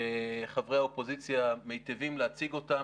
שחברי האופוזיציה מיטיבים להציג אותה